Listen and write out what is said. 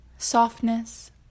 Softness